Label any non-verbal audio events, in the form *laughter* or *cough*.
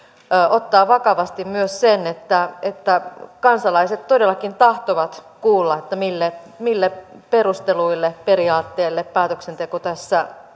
ottaa vakavasti myös sen että että kansalaiset todellakin tahtovat kuulla mille mille perusteluille periaatteille päätöksenteko tässä *unintelligible*